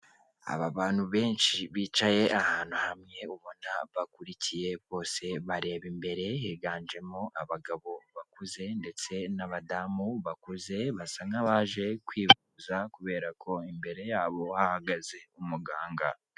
Aba bantu benshi bicaye ahantu hamwe ubona bakurikiye bose bareba imbere higanjemo abagabo bakuze ndetse n'abadamu bakuze basa nk'abaje kwivuza kubera ko imbere yabo hahagaze umuganga.